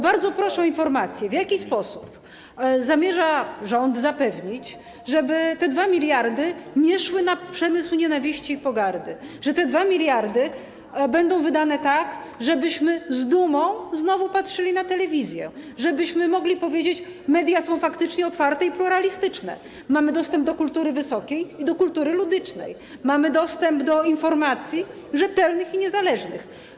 Bardzo proszę o informację, w jaki sposób rząd zamierza zapewnić, że te 2 mld nie pójdą na przemysł nienawiści i pogardy, że te 2 mld będą wydane tak, żebyśmy znowu z dumą patrzyli na telewizję, żebyśmy mogli powiedzieć: media są faktycznie otwarte i pluralistyczne, mamy dostęp do kultury wysokiej i do kultury ludycznej, mamy dostęp do informacji rzetelnych i niezależnych.